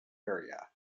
area